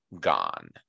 gone